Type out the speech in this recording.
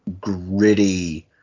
gritty